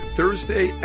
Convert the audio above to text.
Thursday